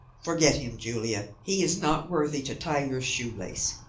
forget him, julia he is not worthy to tie your shoe-lace.